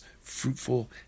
fruitful